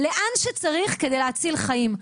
לאן שצריך כדי להציל חיים.